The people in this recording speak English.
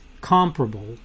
comparable